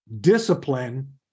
discipline